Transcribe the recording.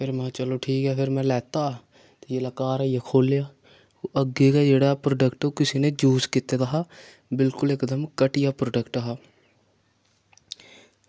फिर महां चलो ठीक ऐ फिर में लैता जेल्लै घर आह्नियै खोह्ल्लेआ अग्गें ओह् जेह्ड़ा प्रोडक्ट ओह् कुसै नै यूज़ कीते दा हा बिल्कुल इक्कदम घटिया प्रोडक्ट हा